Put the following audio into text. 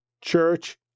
church